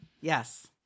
yes